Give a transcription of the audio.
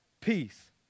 Peace